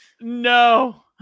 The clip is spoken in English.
No